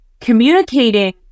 Communicating